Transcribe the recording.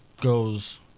goes